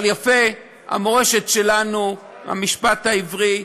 אבל יפה, המורשת שלנו, המשפט העברי,